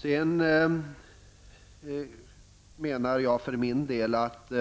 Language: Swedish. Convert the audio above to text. För min del anser jag att